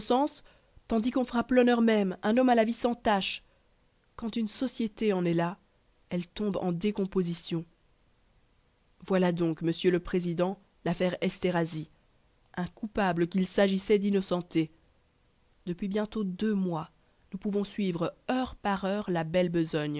tandis qu'on frappe l'honneur même un homme à la vie sans tache quand une société en est là elle tombe en décomposition voilà donc monsieur le président l'affaire esterhazy un coupable qu'il s'agissait d'innocenter depuis bientôt deux mois nous pouvons suivre heure par heure la belle besogne